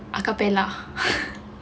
acappella